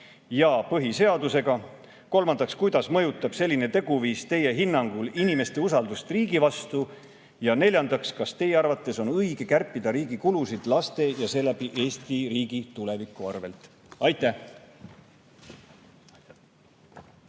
ja põhiseadusega?" Kolmandaks: "Kuidas mõjutab selline teguviis Teie hinnangul inimeste usaldust riigi vastu?" Ja neljandaks: "Kas Teie arvates on õige kärpida riigi kulusid laste ja seeläbi Eesti riigi tuleviku arvelt?" Aitäh!